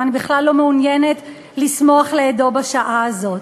ואני בכלל לא מעוניינת לשמוח לאידו בשעה הזאת,